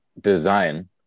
design